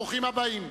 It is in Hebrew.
ברוכים הבאים.